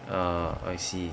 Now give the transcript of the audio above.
orh I see